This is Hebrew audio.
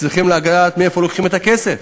צריכים לדעת מאיפה לוקחים את הכסף.